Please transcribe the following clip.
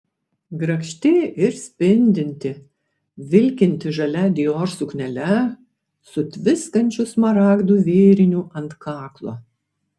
grakšti ir spindinti vilkinti žalia dior suknele su tviskančiu smaragdų vėriniu ant kaklo